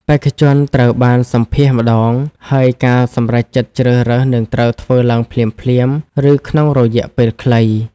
បេក្ខជនត្រូវបានសម្ភាសន៍ម្តង ហើយការសម្រេចចិត្តជ្រើសរើសនឹងត្រូវធ្វើឡើងភ្លាមៗ ឬក្នុងរយៈពេលខ្លី។